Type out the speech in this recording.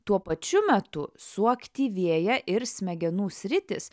tuo pačiu metu suaktyvėja ir smegenų sritys